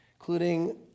including